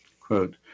Quote